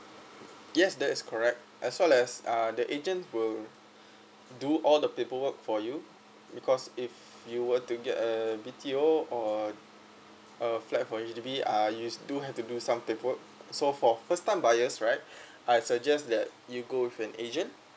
yes that is correct as well as uh the agent will do all the paperwork for you because if you were to get a B_T_O or uh flat for H_D_B uh you do have to do some paperwork so for first time buyers right I suggest that you go with an agent